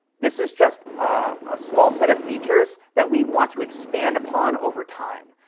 this is just a small set of features that we want to expand upon over time,